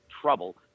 trouble